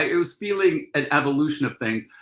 ah it was feeling an evolution of things.